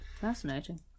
Fascinating